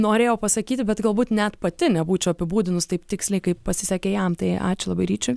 norėjau pasakyti bet galbūt net pati nebūčiau apibūdinus taip tiksliai kaip pasisekė jam tai ačiū labai ryčiui